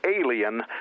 alien